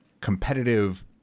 competitive